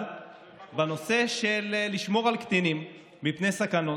בנושא של שמירה על קטינים מפני סכנות.